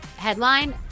headline